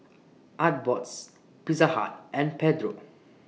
Artbox Pizza Hut and Pedro